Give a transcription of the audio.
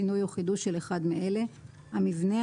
שינוי או חידוש של אחד מאלה: המבנה,